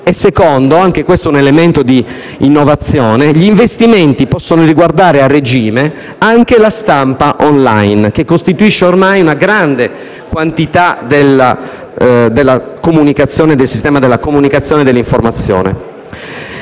parte - anche questo è elemento di innovazione - gli investimenti possono riguardare a regime anche la stampa *online*, che costituisce ormai una parte rilevante del sistema della comunicazione e dell'informazione.